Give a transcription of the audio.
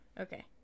Okay